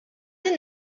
din